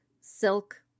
Silk